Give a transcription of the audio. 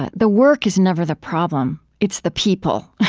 but the work is never the problem. it's the people.